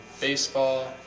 baseball